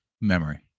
memory